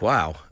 Wow